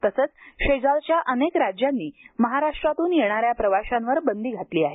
तसंच शेजारच्या अनेक राज्यांनी महाराष्ट्रातून येणाऱ्या प्रवाशांवर बंदी घातली आहे